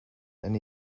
and